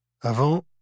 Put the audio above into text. Avant